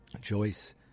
Joyce